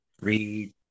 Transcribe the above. read